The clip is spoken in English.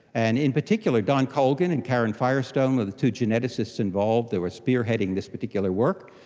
and in particular don colgan and karen firestone are the two geneticists involved, they were spearheading this particular work,